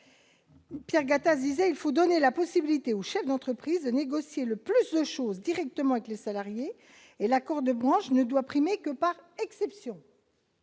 Pierre Gattaz disait qu'il faut donner la possibilité aux chefs d'entreprises de négocier le plus de choses directement avec les salariés. Il disait aussi que l'accord de branche ne doit primer que par exception.